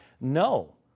No